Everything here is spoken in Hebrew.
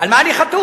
על מה אני חתום?